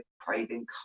craving